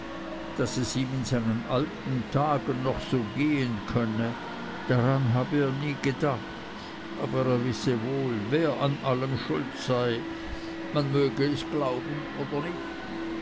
daß es ihm in seinen alten tagen noch so gehen könne daran habe er nie gedacht aber er wisse wohl wer an allem schuld sei man möge es glauben wollen oder nicht